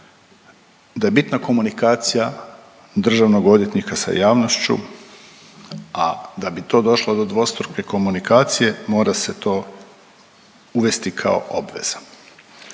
da je bitna komunikacija državnog odvjetnika sa javnošću, a da bi to došlo do dvostruke komunikacije mora se to uvesti kao obveza.